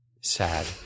Sad